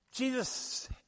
Jesus